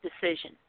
decision